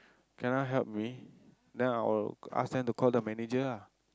cannot help me then I'll ask them to call the manager lah